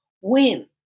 win